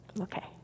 Okay